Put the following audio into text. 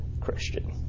Christian